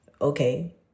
Okay